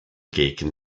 gegen